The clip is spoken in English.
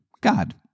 God